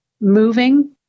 moving